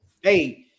Hey